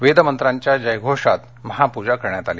वेदमंत्रांच्या जयघोषात महापूजा करण्यात आली